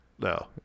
No